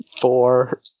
four